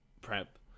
prep